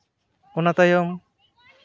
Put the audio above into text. ᱚᱱᱟ ᱛᱟᱭᱚᱢ